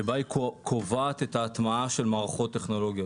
שבה היא קובעת את ההטמעה של מערכות טכנולוגיות.